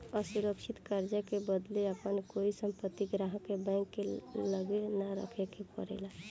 असुरक्षित कर्जा के बदले आपन कोई संपत्ति ग्राहक के बैंक के लगे ना रखे के परेला